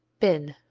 binn